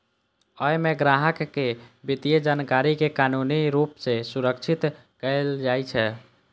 अय मे ग्राहक के वित्तीय जानकारी कें कानूनी रूप सं संरक्षित कैल जाइ छै